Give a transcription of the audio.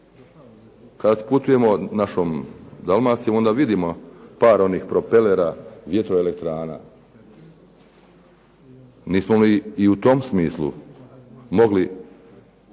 Kad putujemo našom Dalmacijom onda vidimo par onih propelera vjetroelektrana. Nismo li i u tom smislu mogli